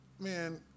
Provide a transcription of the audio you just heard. man